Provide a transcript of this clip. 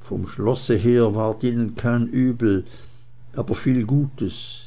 vom schlosse her ward ihnen kein übel aber viel gutes